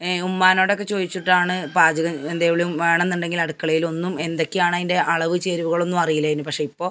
ഉമ്മാനോടൊക്കെ ചോദിച്ചിട്ടാണ് പാചകം എന്തെങ്കിലും വേണമെന്നുണ്ടെങ്കിൽ അടുക്കളയിലൊന്നും എന്തൊക്കെയാണതിൻ്റെ അളവ് ചേരുവകളൊന്നും അറിയില്ലേനു പക്ഷെ ഇപ്പോൾ